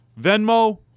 Venmo